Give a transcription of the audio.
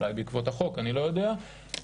אולי בעקבות החוק, אני לא יודע.